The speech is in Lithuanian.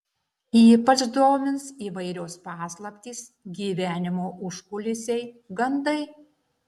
ypač domins įvairios paslaptys gyvenimo užkulisiai gandai